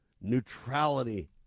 neutrality